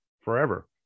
forever